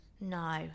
no